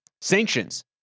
sanctions